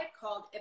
called